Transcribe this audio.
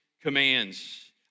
commands